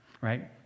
right